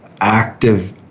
active